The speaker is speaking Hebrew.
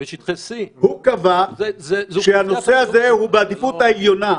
בשטחי C. הוא קבע שהנושא הזה הוא בעדיפות העליונה.